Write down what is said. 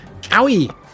Owie